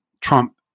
Trump